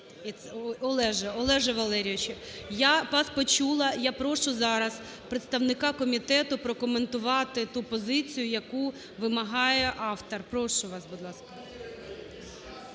Олеже Валерійовичу. Я вас почула, я прошу зараз представника комітету прокоментувати ту позицію, яку вимагає автор. Прошу вас, будь ласка.